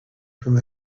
from